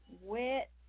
wet